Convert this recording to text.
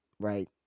right